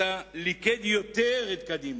ליכד יותר את קדימה,